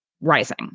rising